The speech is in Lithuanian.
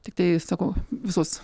tiktai sakau visos